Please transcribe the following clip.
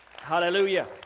Hallelujah